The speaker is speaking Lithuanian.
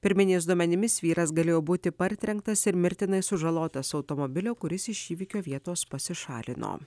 pirminiais duomenimis vyras galėjo būti partrenktas ir mirtinai sužalotas automobilio kuris iš įvykio vietos pasišalino